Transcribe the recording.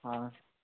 हाँ